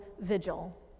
vigil